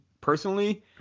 Personally